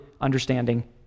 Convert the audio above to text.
understanding